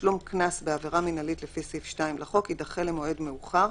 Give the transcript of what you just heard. תשלום קנס בעבירה מינהלית לפי סעיף 2 לחוק יידחה למועד מאוחר,